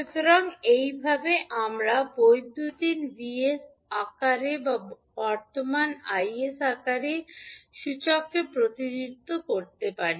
সুতরাং এইভাবে আমরা বৈদ্যুতিন 𝑉 𝑠 আকারে বা বর্তমান 𝐼 𝑠 আকারে সূচককে প্রতিনিধিত্ব করতে পারি